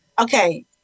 Okay